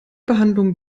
behandlung